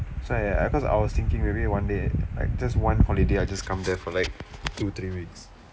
so ya cause I was thinking maybe one day like just one holiday I just come there for like two three weeks